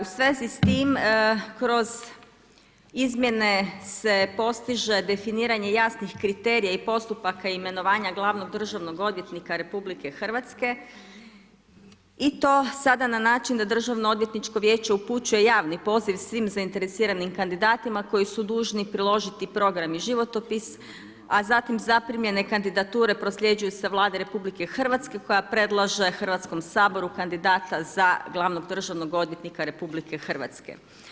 U svezi s tim kroz izmjene se postiže definiranje jasnih kriterija i postupaka imenovanja glavnog državnog odvjetnika Republike Hrvatske i to sada na način da Državno-odvjetničko vijeće upućuje javni poziv svim zainteresiranim kandidatima koji su dužni priložiti program i životopis, a zatim zaprimljene kandidature prosljeđuju se Vladi Republike Hrvatske koja predlaže Hrvatskom saboru kandidata za glavnog državnog odvjetnika Republike Hrvatske.